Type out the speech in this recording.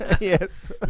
Yes